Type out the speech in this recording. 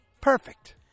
perfect